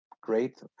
Great